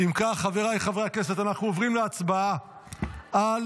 אם כך, חבריי חברי הכנסת, אנחנו עוברים להצבעה על